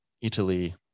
Italy